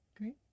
Great